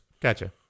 Gotcha